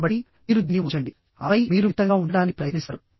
కాబట్టి మీరు దీన్ని ఉంచండి ఆపై మీరు మితంగా ఉంచడానికి ప్రయత్నిస్తారు